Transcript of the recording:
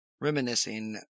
reminiscing